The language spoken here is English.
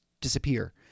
disappear